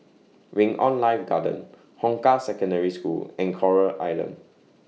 Wing on Life Garden Hong Kah Secondary School and Coral Island